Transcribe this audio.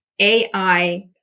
AI